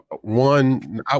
one